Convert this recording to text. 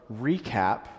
recap